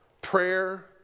prayer